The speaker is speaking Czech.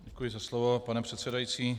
Děkuji za slovo, pane předsedající.